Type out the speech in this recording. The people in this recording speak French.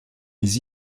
les